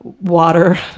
water